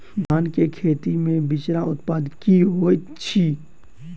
धान केँ खेती मे बिचरा उत्पादन की होइत छी?